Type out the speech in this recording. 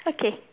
okay